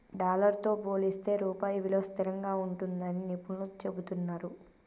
dollar తో పోలిస్తే రూపాయి విలువ స్థిరంగా ఉంటుందని నిపుణులు చెబుతున్నరు